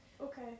Okay